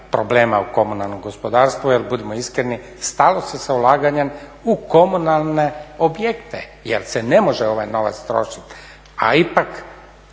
problema u komunalnom gospodarstvu, jer budimo iskreni stalo se sa ulaganjem u komunalne objekte jer se ne može ovaj novac trošiti,